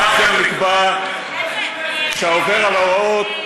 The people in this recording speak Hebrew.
כך גם נקבע שהעובר על ההוראות,